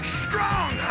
strong